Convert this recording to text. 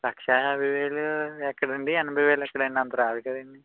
లక్ష యాభై వేలు ఎక్కడండి ఎనభై వేలు ఎక్కడండి అంత రాదు కదండి